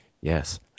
Yes